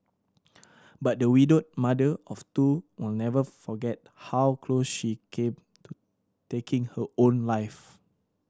but the widowed mother of two will never forget how close she came to taking her own life